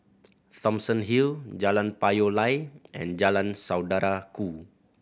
Thomson Hill Jalan Payoh Lai and Jalan Saudara Ku